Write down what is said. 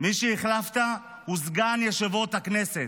מי שהחלפת הוא סגן יושב-ראש הכנסת.